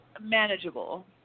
manageable